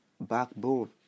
backbone